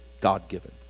God-given